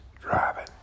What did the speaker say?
driving